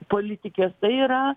politikės tai yra